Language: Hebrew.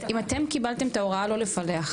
אם אתם קיבלתם את ההוראה לא לפלח,